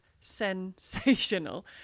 sensational